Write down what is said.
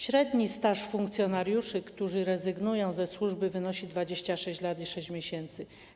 Średni staż funkcjonariuszy, którzy rezygnują ze służby, wynosi 26 lat i 6 miesięcy.